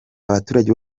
abaturage